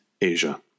Asia